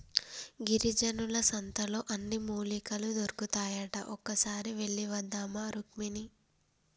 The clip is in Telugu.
గిరిజనుల సంతలో అన్ని మూలికలు దొరుకుతాయట ఒక్కసారి వెళ్ళివద్దామా రుక్మిణి